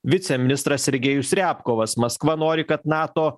viceministras sergejus repkovas maskva nori kad nato